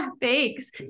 thanks